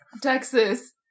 Texas